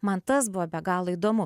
man tas buvo be galo įdomu